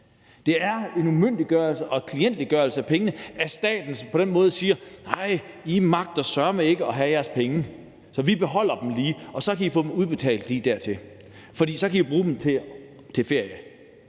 Det er en umyndiggørelse og en klientgørelse, at staten på den måde siger: Nej, I magter søreme ikke at have jeres penge, så vi beholder dem lige, og så kan I få dem udbetalt, når I når dertil, for så kan I jo bruge dem til ferie.